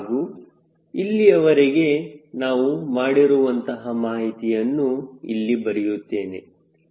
ಹಾಗೂ ಇಲ್ಲಿಯವರೆಗೆ ನಾವು ಮಾಡಿರುವಂತಹ ಮಾಹಿತಿಯನ್ನು ಇಲ್ಲಿ ಬರೆಯುತ್ತೇನೆ